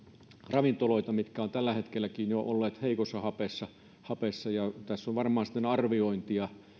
ravintoloita jotka ovat jo tälläkin hetkellä olleet heikossa hapessa hapessa ja tässä on varmaan sitten arviointia siitä